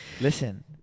Listen